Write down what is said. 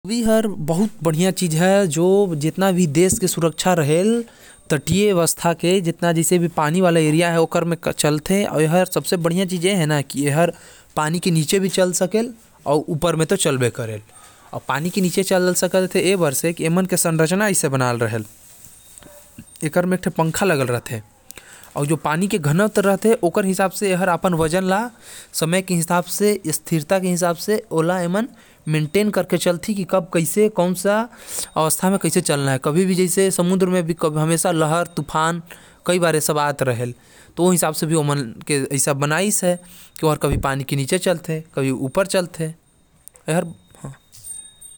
पनडुब्बी के संरचना ही ए प्रकार के होथे की ओ पानी के ऊपर अउ नीचे दोनों में चलथे। ओकर म एक ठो पंखा लगे रहेल जो ओके आगे बड़े म अउ पानी म अपन नियंत्रण बनाये राखथे।